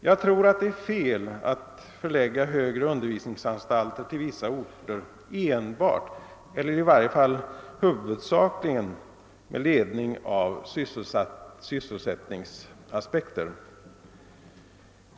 Jag tror att det är fel att förlägga högre undervisningsanstalter till vissa orter enbart eller i varje fall huvudsakligen med ledning av sysselsättningsaspekter.